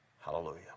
Hallelujah